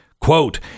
Quote